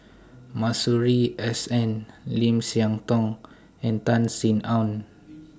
Masuri S N Lim Siah Tong and Tan Sin Aun